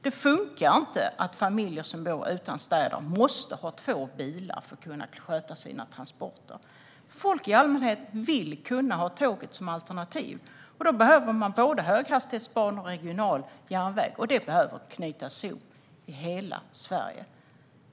Det funkar inte att familjer som bor utanför städer måste ha två bilar för att kunna sköta sina transporter. Folk i allmänhet vill kunna ha tåget som alternativ. Då behöver man både höghastighetsbanor och regional järnväg, och de behöver knytas ihop i hela Sverige.